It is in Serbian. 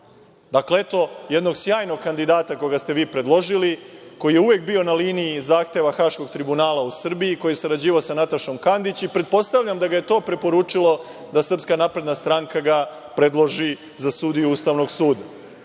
Dakle, eto jednog sjajnog kandidata koga ste vi predložili, koji je uvek bio na liniji zahteva Haškog tribunala u Srbiji, koji je sarađivao sa Natašom Kandić i pretpostavljam da ga je to preporučilo da ga SNS predloži za sudiju Ustavnog sudu.